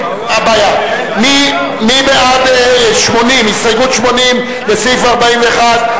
מי בעד הסתייגות 80 לסעיף 41,